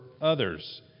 others